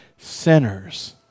Sinners